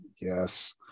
Yes